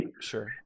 sure